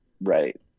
right